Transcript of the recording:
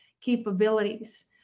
capabilities